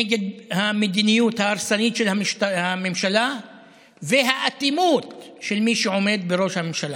נגד המדיניות ההרסנית של הממשלה והאטימות של מי שעומד בראש הממשלה,